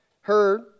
heard